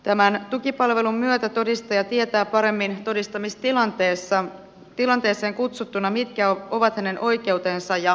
tämän tukipalvelun myötä todistaja tietää paremmin todistamistilanteeseen kutsuttuna mitkä ovat hänen oikeutensa ja velvollisuutensa